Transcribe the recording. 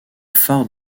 phare